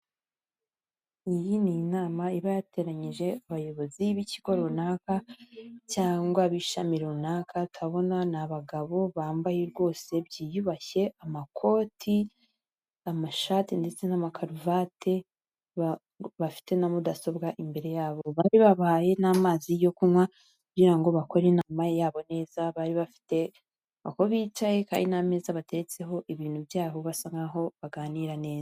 Iyi ni inama iba yateranyije abayobozi b'ikigo runaka cyangwa b'ishami runaka, ndabona ni abagabo bambaye rwose byiyubashye amakoti, amashati ndetse n'amakaruvati bafite na mudasobwa imbere yabo, bari babahaye n'amazi yo kunywa kugira ngo bakore inama yabo neza, bari bafite aho bicaye hari n'ameza batetseho ibintu byabo basa nk'aho baganira neza.